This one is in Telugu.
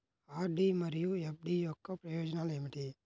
ఆర్.డీ మరియు ఎఫ్.డీ యొక్క ప్రయోజనాలు ఏమిటి?